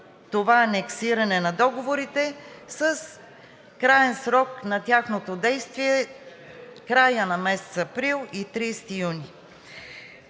това анексиране на договорите с краен срок на тяхното действие края на месец април и 30 юни.